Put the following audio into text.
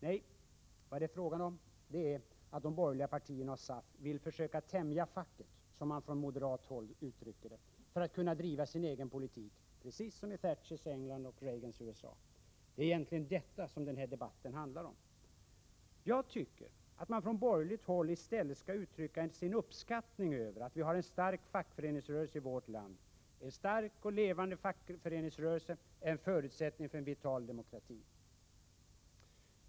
Nej, vad det är fråga om är att de borgerliga partierna och SAF vill försöka tämja facket, som man från moderat håll uttrycker det, för att kunna driva sin egen politik, precis som i Thatchers England och Reagans USA. Det är egentligen detta som den här debatten handlar om. Jag tycker att man från borgerligt håll i stället skall uttrycka sin uppskattning över att vi har en stark fackföreningsrörelse i vårt land. En stark och levande fackföreningsrörelse är en förutsättning för en vital demokrati.